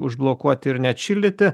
užblokuoti ir neatšildyti